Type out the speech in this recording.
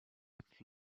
its